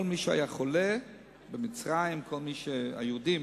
כל מי שהיה חולה במצרים, היהודים